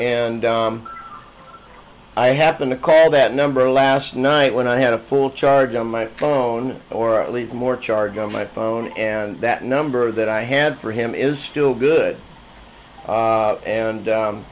and i happened to call that number last night when i had a full charge on my phone or at least more charge on my phone and that number that i had for him is still good and